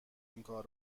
اینکار